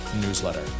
newsletter